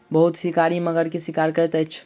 बहुत शिकारी मगर के शिकार करैत अछि